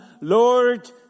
Lord